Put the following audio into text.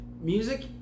music